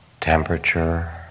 temperature